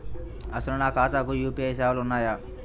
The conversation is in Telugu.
అసలు నా ఖాతాకు యూ.పీ.ఐ సేవలు ఉన్నాయా?